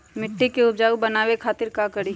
मिट्टी के उपजाऊ बनावे खातिर का करी?